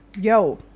yo